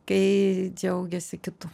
kai džiaugiasi kitu